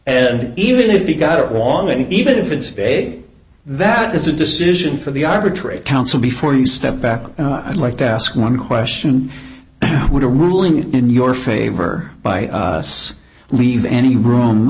and even if you got it wrong and even if it is a that is a decision for the arbitrate council before you step back and i'd like to ask one question would a ruling in your favor by us leave any room